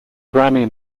grammy